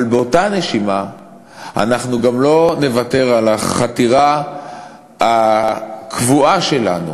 אבל באותה נשימה אנחנו גם לא נוותר על החתירה הקבועה שלנו